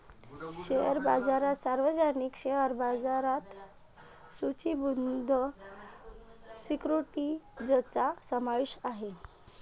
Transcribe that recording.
share बाजारात सार्वजनिक share बाजारात सूचीबद्ध सिक्युरिटीजचा समावेश आहे